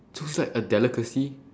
so it's like a delicacy